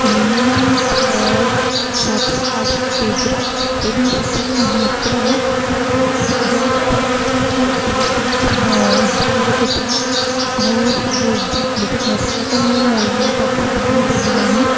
minimum ପ ସାତଶହ ଆଠଶହ ପେଜ୍ର ଏବଂ ସେଥିରୁ ମାତ୍ର ଦଶ ପେଜ୍ କି କୋଡ଼ିଏ ପେଜ୍ ମୋ ଏକ୍ଜାମ୍ ରିଲେଟେଡ଼ ଥିଲା ଆଉ ସବୁ ଏକ୍ଜାମ୍ ରିଲେଟେଡ଼ ନଥିଲା ତ ମୁଁ ତାକୁ ଧ୍ୟାନ ଦେଲି ନାହିଁ